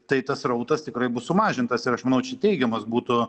tai tas srautas tikrai bus sumažintas ir aš manau čia teigiamas būtų